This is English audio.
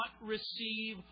receive